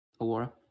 Aurora